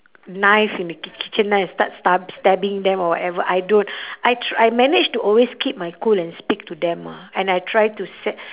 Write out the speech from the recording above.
knife in the ki~ kitchen knife and start stub~ stabbing them or whatever I don't I tr~ I manage to always keep my cool and speak to them ah and I try to set